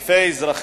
אלפי אזרחים.